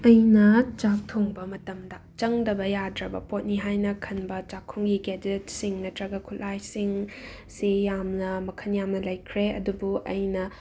ꯑꯩꯅ ꯆꯥꯛ ꯊꯣꯡꯕ ꯃꯇꯝꯗ ꯆꯪꯗꯕ ꯌꯥꯗ꯭ꯔꯕ ꯄꯣꯠꯅꯤ ꯍꯥꯢꯅ ꯈꯟꯕ ꯆꯥꯛꯈꯨꯝꯒꯤ ꯀꯦꯗꯦꯠꯁꯤꯡ ꯅꯠꯇ꯭ꯔꯒ ꯈꯨꯠꯂꯥꯏꯁꯤꯡꯁꯤ ꯌꯥꯝꯅ ꯃꯈꯜ ꯌꯥꯝꯅ ꯂꯩꯈ꯭ꯔꯦ ꯑꯗꯨꯕꯨ ꯑꯩꯅ